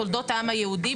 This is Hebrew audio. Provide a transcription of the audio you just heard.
תולדות העם היהודי,